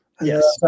Yes